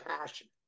passionate